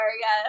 yes